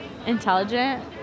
intelligent